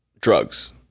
Drugs